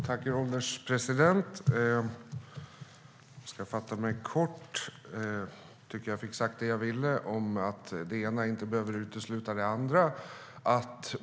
Herr ålderspresident! Jag ska fatta mig kort, eftersom jag tycker att jag har sagt det som jag ville om att det ena inte behöver utesluta det andra.